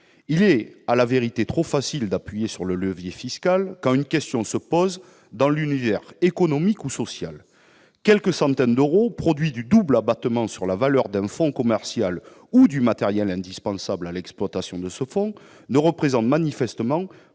Il est trop facile d'appuyer sur le levier fiscal quand une question se pose dans le domaine économique ou social ! Quelques centaines d'euros, produits du double abattement sur la valeur d'un fonds commercial ou du matériel indispensable à l'exploitation de ce fonds, ne représentent manifestement